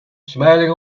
smiling